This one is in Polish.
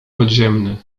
podziemny